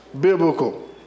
biblical